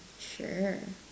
sure